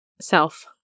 self